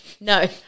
No